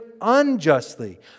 unjustly